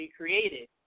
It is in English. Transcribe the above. created